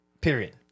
Period